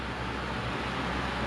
ya I like vegetable